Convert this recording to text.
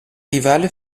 rival